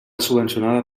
subvencionada